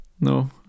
No